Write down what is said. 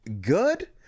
good